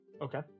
Okay